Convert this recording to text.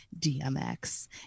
DMX